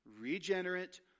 regenerate